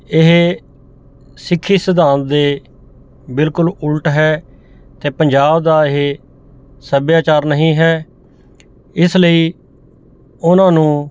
ਇਹ ਸਿੱਖੀ ਸਿਧਾਂਤ ਦੇ ਬਿਲਕੁਲ ਉਲਟ ਹੈ ਅਤੇ ਪੰਜਾਬ ਦਾ ਇਹ ਸੱਭਿਆਚਾਰ ਨਹੀਂ ਹੈ ਇਸ ਲਈ ਉਹਨਾਂ ਨੂੰ